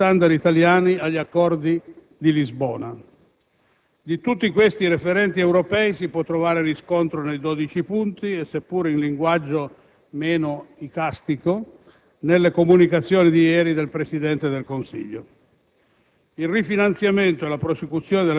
Significa adeguamento degli *standard* italiani agli Accordi di Lisbona. Di tutti questi referenti europei si può trovare riscontro nei dodici punti e, seppure in linguaggio meno icastico, nelle comunicazioni di ieri del Presidente del Consiglio.